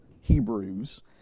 Hebrews